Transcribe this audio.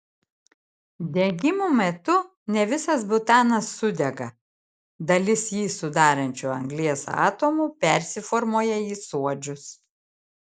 degimo metu ne visas butanas sudega dalis jį sudarančių anglies atomų persiformuoja į suodžius